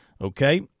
Okay